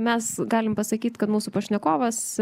mes galim pasakyt kad mūsų pašnekovas